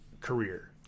career